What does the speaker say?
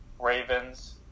Ravens